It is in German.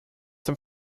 dem